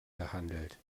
gehandelt